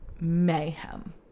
mayhem